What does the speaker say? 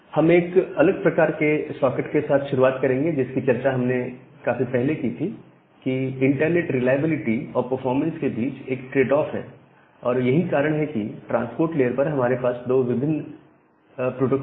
हम एक अलग प्रकार के सॉकेट के साथ शुरुआत करेंगे जिसकी चर्चा हमने काफी पहले की थी कि इंटरनेट रिलायबिलिटी और परफॉर्मेंस के बीच एक ट्रेडऑफ है और यही कारण है कि ट्रांसपोर्ट लेयर पर हमारे पास दो भिन्न प्रोटोकॉल हैं